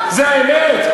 זאת האמת?